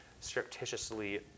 surreptitiously